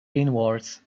inwards